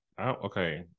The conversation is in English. okay